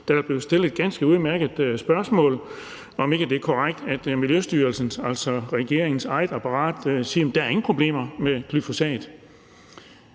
Der blev stillet et ganske udmærket spørgsmål: om ikke det er korrekt, at Miljøstyrelsen, altså regeringens eget apparat, siger, at der ikke er nogen problemer med glyfosat.